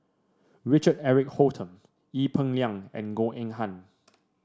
Richard Eric Holttum Ee Peng Liang and Goh Eng Han